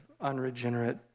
unregenerate